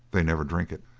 they never drink it.